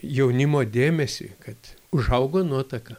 jaunimo dėmesį kad užaugo nuotaka